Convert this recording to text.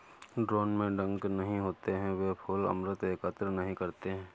drone में डंक नहीं होते हैं, वे फूल अमृत एकत्र नहीं करते हैं